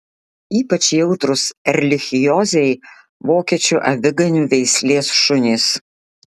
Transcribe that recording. ypač jautrūs erlichiozei vokiečių aviganių veislės šunys